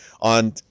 on